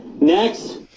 next